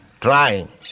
trying